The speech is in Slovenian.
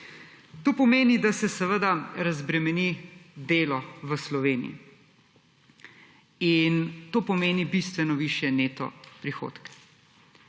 To pomeni, da se seveda razbremeni delo v Sloveniji in to pomeni bistveno višje neto prihodke.